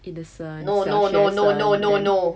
innocent 小学生 then